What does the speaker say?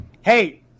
Hey